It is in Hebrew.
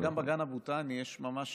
במוזיאון המדע וגם בגן הבוטני יש ממש